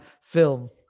film